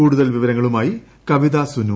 കൂടുതൽ വിവരങ്ങളുമായി കവിത സുനു